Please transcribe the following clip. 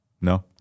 No